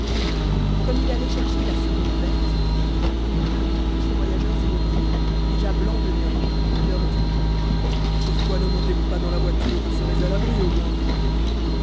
comme il allait chercher la seconde bête il remarqua tous ces voyageurs immobiles déjà blancs de neige et leur dit pourquoi ne montez vous pas dans la voiture vous serez à l'abri au moins